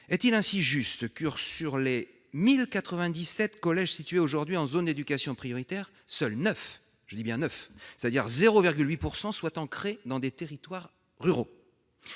Est-il ainsi juste que, sur les 1 097 collèges situés aujourd'hui en zone d'éducation prioritaire, seuls 9- je dis bien 9 !-, c'est-à-dire 0,8 %, soient ancrés dans des territoires ruraux ?